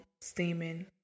steaming